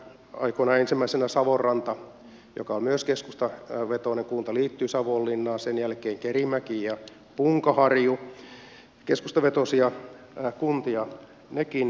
aikoinaan ensimmäisenä savonranta joka on myös keskustavetoinen kunta liittyi savonlinnaan sen jälkeen kerimäki ja punkaharju keskustavetoisia kuntia nekin